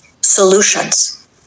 solutions